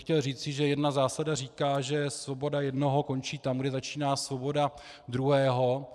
Chtěl bych říci, že jedna zásada říká, že svoboda jednoho končí tam, kde začíná svoboda druhého.